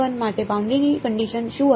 તો માટે બાઉન્ડરી ની કંડિશન શું હશે